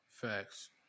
Facts